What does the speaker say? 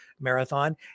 marathon